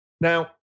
Now